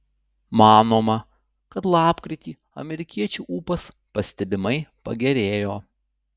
manoma kad lapkritį amerikiečių ūpas pastebimai pagerėjo